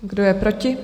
Kdo je proti?